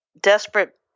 desperate